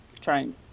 trying